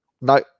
no